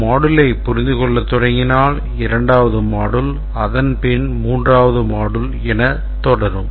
ஒரு moduleஐ புரிந்து கொள்ள தொடங்கினால் இரண்டாவது module அதன் பின் மூன்றாவது module என தொடரும்